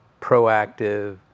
proactive